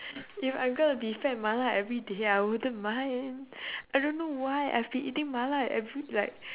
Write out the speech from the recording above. if I'm gonna be fat mala everyday I wouldn't mind I don't know why I've been eating mala every like